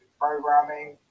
Programming